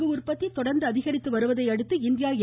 கு உற்பத்தி தொடர்ந்து அதிகரித்து வருவதையடுத்து இந்தியா எ